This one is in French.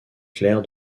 claire